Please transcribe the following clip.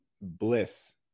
bliss